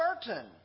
certain